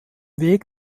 weg